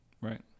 Right